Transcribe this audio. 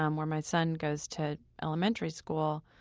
um where my son goes to elementary school,